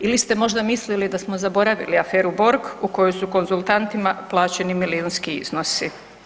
Ili ste možda mislili da smo zaboravili aferu Borg u kojoj su konzultantima plaćeni milijunski iznosi?